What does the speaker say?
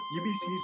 UBC's